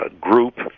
group